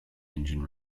engine